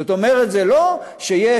כלומר זה לא שיש,